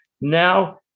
Now